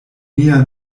nia